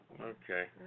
Okay